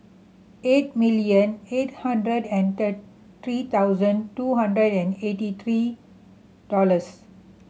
eight million eight hundred and three thousand two hundred and eighty three dollors